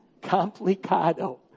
Complicado